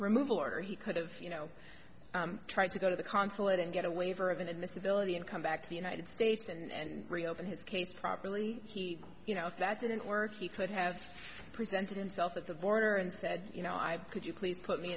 removal order he could've you know tried to go to the consulate and get a waiver of inadmissibility and come back to the united states and reopen his case properly he you know if that didn't work he could have presented himself at the border and said you know i could you please put me